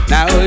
Now